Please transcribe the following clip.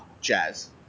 jazz